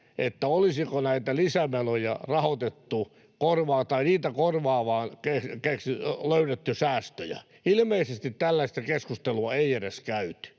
siitä, olisiko näitä lisämenoja korvaamaan löydetty säästöjä. Ilmeisesti tällaista keskustelua ei edes käyty.